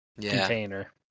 container